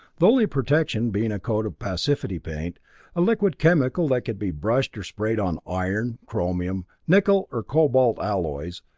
the only protection being a coat of passivity paint a liquid chemical that could be brushed or sprayed on iron, chromium, nickel or cobalt alloys,